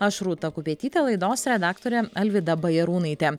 aš rūta kupetytė laidos redaktorė alvyda bajarūnaitė